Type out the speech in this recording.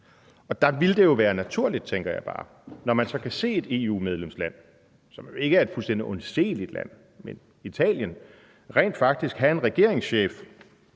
Der ville det jo være naturligt, tænker jeg bare. Når man kan se et EU-medlemsland, som jo ikke er et fuldstændig undseeligt land, nemlig Italien, rent faktisk have en regeringschef,